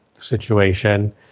situation